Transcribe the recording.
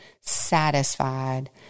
satisfied